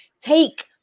Take